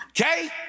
okay